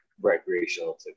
recreational